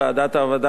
ועדת העבודה,